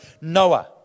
Noah